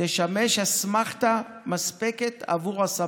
עושים בו שימוש אך ורק במקרים הומניטריים מובהקים